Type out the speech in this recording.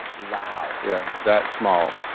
wow. yeah that small.